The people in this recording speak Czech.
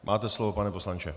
Máte slovo, pane poslanče.